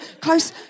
Close